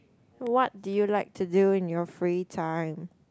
what do you like to do in your free time